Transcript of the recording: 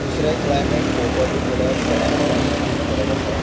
दुसरें क्लायमेट पळोवपाकूय गेल्यार क्लायमेटानूय खूब फरक आसा